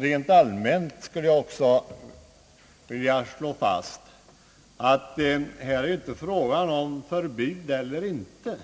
Rent allmänt skulle jag också vilja slå fast att det inte är fråga om förbud eller inte